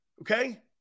Okay